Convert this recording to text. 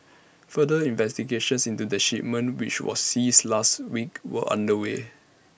further investigations into the shipment which was seized last week were underway